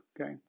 okay